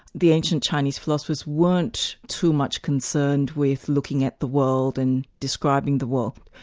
the ancient chinese philosophers weren't too much concerned with looking at the world and describing the world,